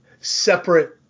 separate –